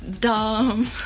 Dumb